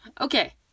Okay